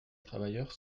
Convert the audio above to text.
travailleurs